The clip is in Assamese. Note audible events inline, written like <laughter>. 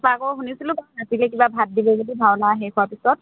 মই আকৌ শুনিছিলোঁ <unintelligible> ভাত দিব বুলি ভাওনা শেষ হোৱাৰ পিছত